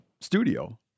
studio